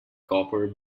copper